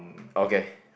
okay